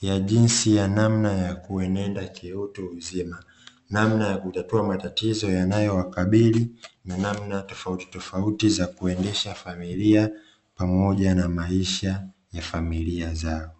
ya jinsi ya namna ya kuenenda kiutu uzima. Namna ya kutatua matatizo yanayowakabili na namna tofautitofauti za kuendesha familia pamoja na maisha ya familia zao.